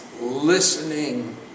listening